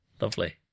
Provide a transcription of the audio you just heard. Lovely